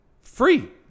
Free